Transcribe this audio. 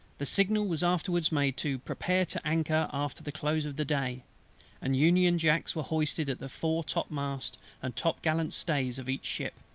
the signal was afterwards made to prepare to anchor after the close of the day and union-jacks were hoisted at the fore-topmast and top-gallant-stays of each ship,